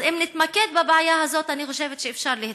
אז אם נתמקד בבעיה הזאת, אני חושבת שאפשר להתקדם.